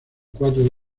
cuatro